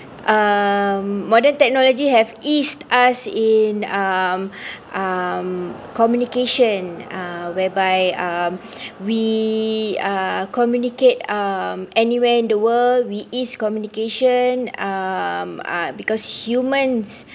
um modern technology have eased us in um um communication uh whereby um we uh communicate um anywhere in the world we ease communication um ah because humans